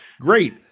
great